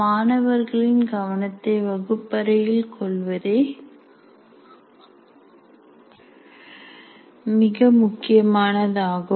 மாணவர்களின் கவனத்தை வகுப்பறையில் கொள்வதே மிக முக்கியமானதாகும்